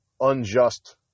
unjust